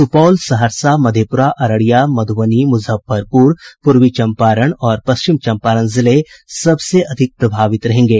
सुपौल सहरसा मधेप्रा अररिया मधुबनी मुजफ्फरपुर पूर्वी चम्पारण और पश्चिम चम्पारण जिले सबसे अधिक प्रभावित रहेंगे